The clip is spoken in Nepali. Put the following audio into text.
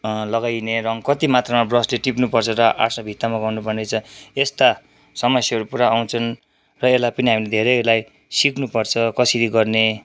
लगाइने रङ कति मात्रमा ब्रसले टिप्नु पर्छ र आर्ट्स भित्तामा गर्नु पर्नेछ यस्ता समस्याहरू पुरा आउँछन् र यसलाई पनि हामीले धेरै यसलाई सिक्नु पर्छ कसरी गर्ने